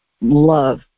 love